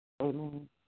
Amen